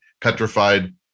petrified